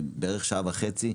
בערך שעה וחצי.